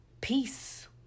peace